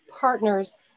partners